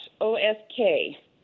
O-S-K